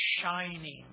shining